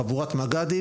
חבורת מפקדי גדוד,